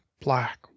black